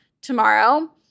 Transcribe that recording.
tomorrow